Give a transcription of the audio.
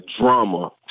drama